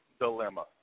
Dilemma